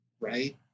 right